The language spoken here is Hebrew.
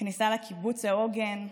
הכניסה לקיבוץ העוגן,